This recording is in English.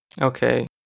okay